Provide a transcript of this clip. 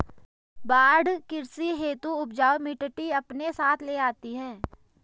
बाढ़ कृषि हेतु उपजाऊ मिटटी अपने साथ ले आती है